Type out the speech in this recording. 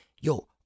yo